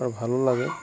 আৰু ভালো লাগে